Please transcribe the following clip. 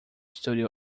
studio